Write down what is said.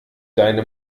deine